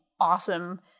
awesome